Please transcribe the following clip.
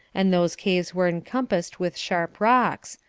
and those caves were encompassed with sharp rocks,